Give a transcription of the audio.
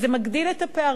אז זה מגדיל את הפערים,